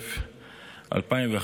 התשע"א 2011,